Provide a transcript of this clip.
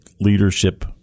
leadership